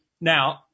now